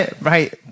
right